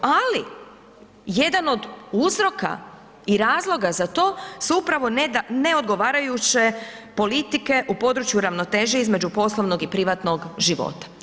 Ali jedan od uzroka i razloga za to su upravo neodgovarajuće politike u području ravnoteže između poslovnog i privatnog života.